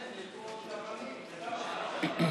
אדוני,